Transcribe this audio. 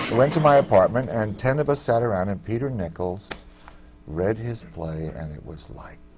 went to my apartment and ten of us sat around and peter nichols read his play, and it was like,